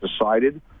decided